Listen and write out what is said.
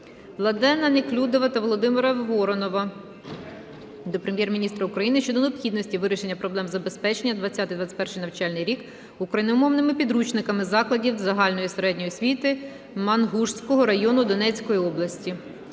Владлена Неклюдова та Володимира Воронова до Прем'єр-міністра України щодо необхідності вирішення проблеми забезпечення на 2020-2021 навчальний рік україномовними підручниками закладів загальної середньої освіти Мангушського району Донецької області.